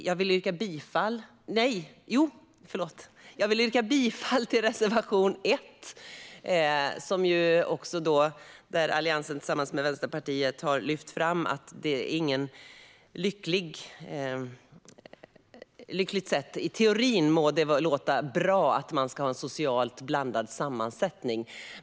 Jag yrkar bifall till reservation 1, där Alliansen tillsammans med Vänsterpartiet har lyft fram att förslaget om en allsidig social sammansättning inte är bra. I teorin må det låta bra att man ska ha en socialt blandad sammansättning.